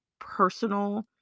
personal